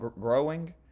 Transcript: growing